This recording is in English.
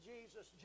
Jesus